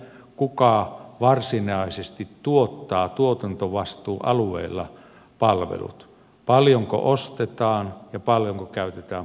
kuka varsinaisesti tuottaa tuotantovastuualueella palvelut paljonko ostetaan ja paljonko käytetään palveluseteleitä